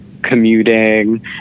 commuting